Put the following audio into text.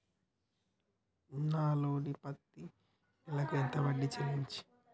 నా లోను పత్తి నెల కు ఎంత వడ్డీ చెల్లించాలి?